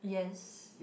yes